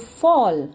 fall